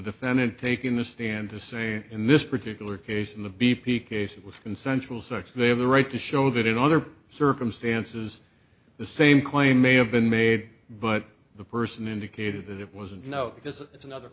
defended taking the stand they're saying in this particular case in the b p case it was consensual search they have the right to show that in other circumstances the same claim may have been made but the person indicated that it wasn't no because it's another